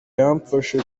yamfashe